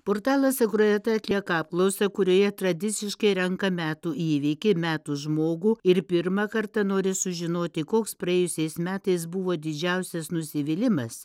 portalas agroeta atlieka apklausą kurioje tradiciškai renka metų įvykį metų žmogų ir pirmą kartą nori sužinoti koks praėjusiais metais buvo didžiausias nusivylimas